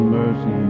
mercy